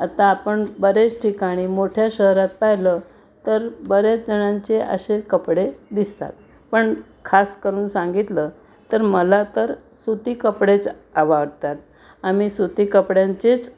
आता आपण बरेच ठिकाणी मोठ्या शहरात पाहिलं तर बऱ्याच जणांचे असे कपडे दिसतात पण खास करून सांगितलं तर मला तर सुती कपडेच आवडतात आम्ही सुती कपड्यांचेच